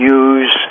use